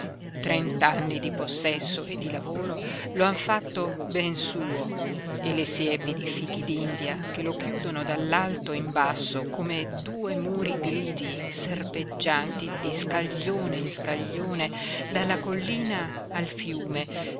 trent'anni di possesso e di lavoro lo han fatto ben suo e le siepi di fichi d'india che lo chiudono dall'alto in basso come due muri grigi serpeggianti di scaglione in scaglione dalla collina al fiume